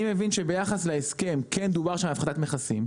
אני מבין שביחס להסכם כן דובר שם על הפחתת מכסים,